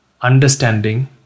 understanding